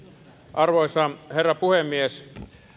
arvoisa herra puhemies